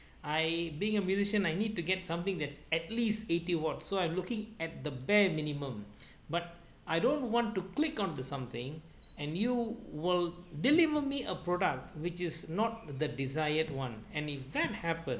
I being a musician I need to get something that's at least eighty watts so I'm looking at the bare minimum but I don't want to click onto something and you will deliver me a product which is not the desired [one] and if that happen